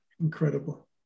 incredible